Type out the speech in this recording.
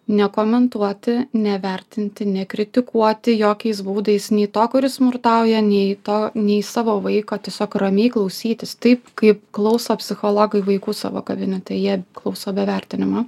nekomentuoti nevertinti nekritikuoti jokiais būdais nei to kuris smurtauja nei to nei savo vaiko tiesiog ramiai klausytis taip kaip klauso psichologai vaikų savo kabinete jie klauso be vertinimo